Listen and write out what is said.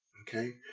Okay